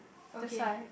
okay